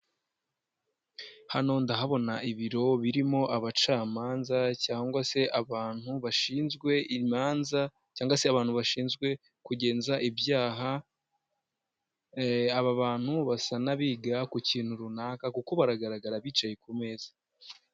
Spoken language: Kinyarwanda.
Hano ndahabona ibiro birimo abacamanza, cyangwa se abantu bashinzwe imanza, cyangwa se abantu bashinzwe kugenza ibyaha, aba bantu basa n'abiga ku kintu runaka, kuko baragaragara bicaye ku meza.